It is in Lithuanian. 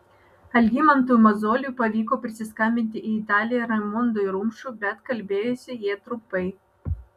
algimantui mozoliui pavyko prisiskambinti į italiją raimondui rumšui bet kalbėjosi jie trumpai